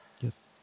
yes